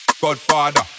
Godfather